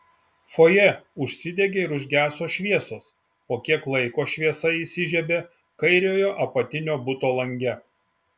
fojė užsidegė ir užgeso šviesos po kiek laiko šviesa įsižiebė kairiojo apatinio buto lange